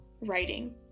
writing